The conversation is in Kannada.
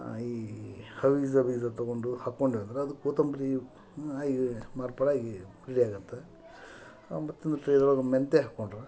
ಈ ಹವಿಜ ಬೀಜ ತಗೊಂಡು ಹಾಕ್ಕೊಂಡು ಅಂದ್ರೆ ಅದು ಕೊತ್ತಂಬ್ರಿ ಆಗಿ ಮಾರ್ಪಾಡಾಗಿ ಬಳ್ಳಿ ಆಗುತ್ತೆ ಮತ್ತೊಂದು ಟ್ರೇದೊಳಗೆ ಮೆಂತೆ ಹಾಕ್ಕೊಂಡ್ರೆ